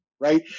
Right